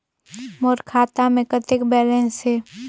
मोर खाता मे कतेक बैलेंस हे?